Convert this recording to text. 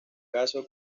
caso